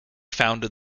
founded